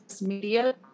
media